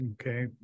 Okay